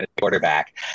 Quarterback